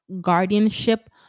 guardianship